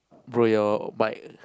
bro your mic